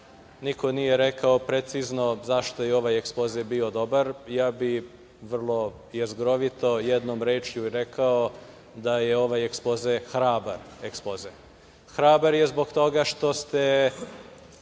niko nije rekao precizno zašto je ovaj ekspoze bio dobar. Ja bih vrlo jezgrovito jednom rečju rekao da je ovaj ekspoze hrabar ekspoze zbog toga što ste